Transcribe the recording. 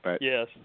Yes